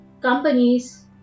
companies